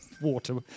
Water